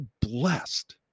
blessed